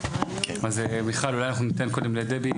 אז מיכאל אולי אנחנו ניתן קודם לדבי,